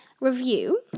review